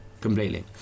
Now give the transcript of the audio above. Completely